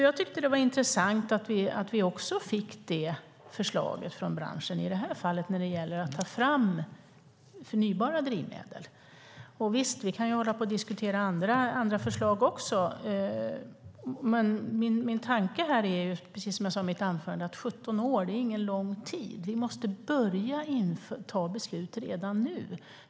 Jag tyckte att det var intressant att vi också fick det förslaget från branschen när det gäller att ta fram förnybara drivmedel. Och visst kan vi hålla på att diskutera även andra förslag. Men min tanke här är, precis som jag sade i mitt anförande, att 17 år inte är lång tid. Vi måste börja fatta beslut redan nu.